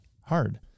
hard